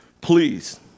please